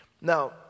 Now